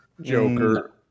Joker